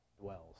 dwells